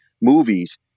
movies